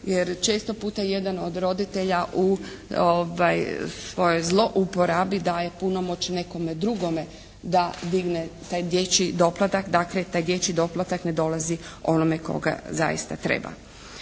jer često puta jedan od roditelja u svojoj zlouporabi daje punomoć nekome drugome da digne taj dječji doplatak. Dakle taj dječji doplatak ne dolazi onome tko ga zaista treba.